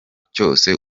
cyose